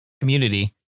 community